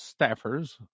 staffers